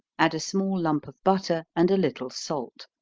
add a small lump of butter, and a little salt.